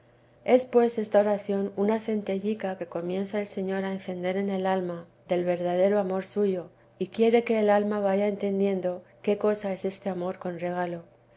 pues esta oración una centellica que comienza el señor a encender en el alma del verdadero amor suyo y quiere que e alma vaya entendiendo qué cosa es este amor con regalo